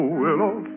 willow